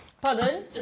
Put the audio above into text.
Pardon